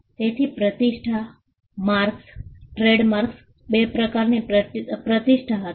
તેથી પ્રતિષ્ઠા marks trademarks બે પ્રકારની પ્રતિષ્ઠા હતી